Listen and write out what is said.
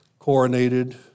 coronated